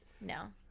No